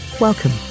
Welcome